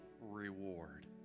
reward